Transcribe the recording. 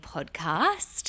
Podcast